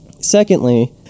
Secondly